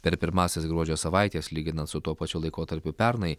per pirmąsias gruodžio savaites lyginant su tuo pačiu laikotarpiu pernai